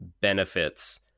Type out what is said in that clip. Benefits